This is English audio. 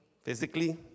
Physically